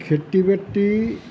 খেতি বাতি